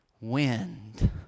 Wind